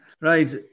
right